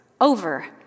over